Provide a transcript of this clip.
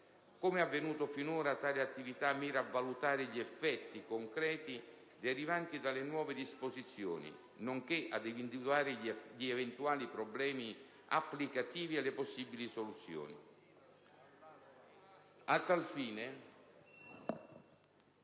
Come è avvenuto finora, tale attività mira a valutare gli effetti concreti derivanti dalle nuove disposizioni, nonché ad individuare gli eventuali problemi applicativi e le possibili soluzioni. A tal fine,